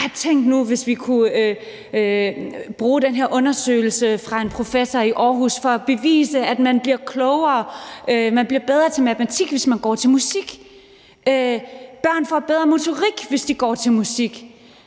at sige, at tænk nu, hvis vi kunne bruge den her undersøgelse fra en professor i Aarhus for at bevise, at man bliver klogere, f.eks. bliver bedre til matematik, hvis man går til musik; at børn får bedre motorik, hvis de går til musik;